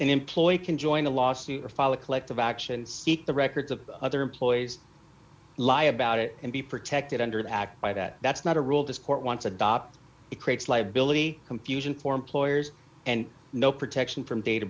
an employee can join a lawsuit or follow a collective action seek the records of other employees lie about it and be protected under the act by that that's not a rule this court wants adopt it creates liability confusion for employers and no protection from data